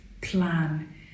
plan